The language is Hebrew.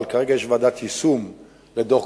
אבל כרגע יש ועדת יישום לדוח-גולדברג,